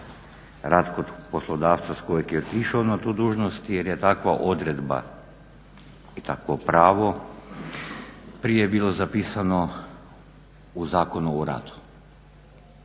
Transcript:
rad kod poslodavca s kojeg je otišao na tu dužnost jer je takva odredba i takvo pravo prije bilo zapisano u Zakonu o radu